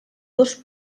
dos